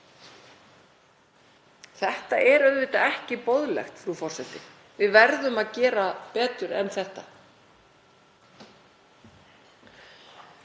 Það er auðvitað ekki boðlegt, frú forseti. Við verðum að gera betur en þetta.